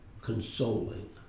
Consoling